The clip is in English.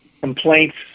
complaints